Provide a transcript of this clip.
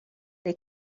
they